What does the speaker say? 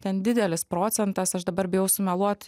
ten didelis procentas aš dabar bijau sumeluot